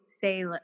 say